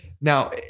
Now